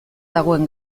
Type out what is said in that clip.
dagoen